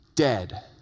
dead